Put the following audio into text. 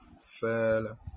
fell